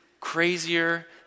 crazier